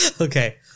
Okay